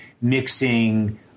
mixing